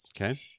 Okay